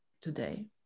today